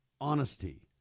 Honesty